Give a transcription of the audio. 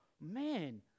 man